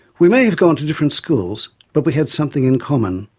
we may have gone to different schools, but we had something in common.